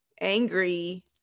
angry